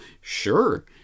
sure